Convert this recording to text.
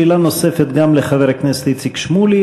שאלה נוספת גם לחבר הכנסת איציק שמולי.